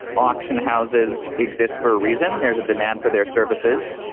auction houses exist for a reason. there's a demand for their services.